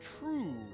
true